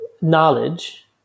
knowledge